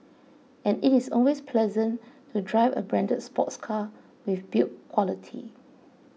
and it is always pleasant to drive a branded sports car with build quality